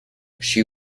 she